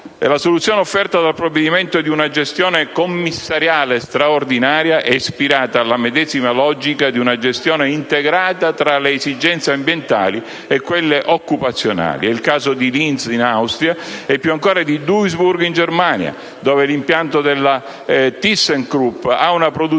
la soluzione offerta dal provvedimento di una gestione commissariale straordinaria è ispirata alla medesima logica di una gestione intergrata tra le esigenze ambientali e quelle occupazionali. È il caso di Linz in Austria e più ancora di Duisburg in Germania, dove l'impianto della ThyssenKrupp ha una produzione